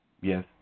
Yes